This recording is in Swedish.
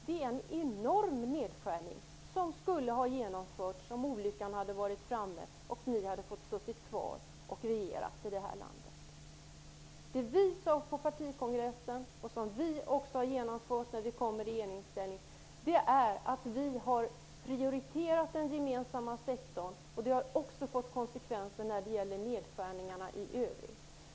Det är en enorm nedskärning som skulle ha genomförts om olyckan hade varit framme och ni hade fått sitta kvar och regera. Det vi sade på partikongressen att vi skulle göra och det vi genomförde när vi kom i regeringsställning var att prioritera den gemensamma sektorn. Det har också fått konsekvenser när det gäller nedskärningarna i övrigt.